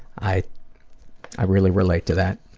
i i really relate to that,